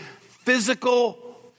physical